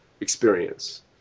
experience